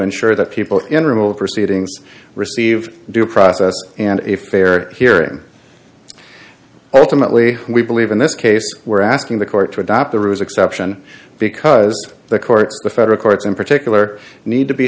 ensure that people in remote proceedings receive due process and a fair hearing ultimately we believe in this case we're asking the court to adopt the rules exception because the courts the federal courts in particular need to be